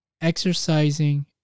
Exercising